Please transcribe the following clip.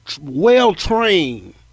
well-trained